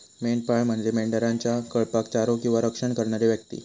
मेंढपाळ म्हणजे मेंढरांच्या कळपाक चारो किंवा रक्षण करणारी व्यक्ती